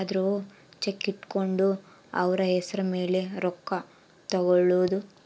ಯರ್ದೊ ಚೆಕ್ ಇಟ್ಕೊಂಡು ಅವ್ರ ಹೆಸ್ರ್ ಮೇಲೆ ರೊಕ್ಕ ಎತ್ಕೊಳೋದು